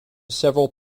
several